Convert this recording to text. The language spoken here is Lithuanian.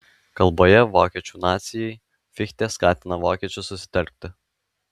kalboje vokiečių nacijai fichtė skatina vokiečius susitelkti